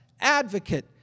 advocate